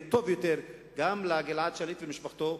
יהיה טוב יותר גם לגלעד שליט ומשפחתו,